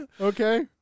Okay